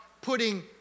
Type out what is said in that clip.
putting